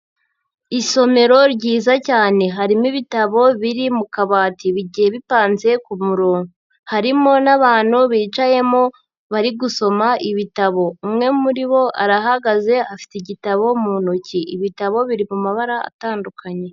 Isomero ryiza cyane. Harimo ibitabo biri mu kabati bigiye bipanze ku murongo. Harimo n'abantu bicayemo bari gusoma ibitabo. Umwe muri bo arahagaze afite igitabo mu ntoki. Ibitabo biri mu mabara atandukanye.